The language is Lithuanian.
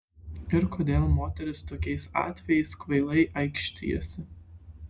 ir kodėl moterys tokiais atvejais kvailai aikštijasi